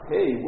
Hey